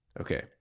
Okay